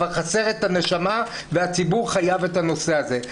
אבל חסרה הנשמה, והציבור חייב את הנושא הזה.